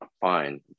fine